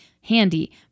handy